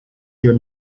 your